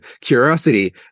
curiosity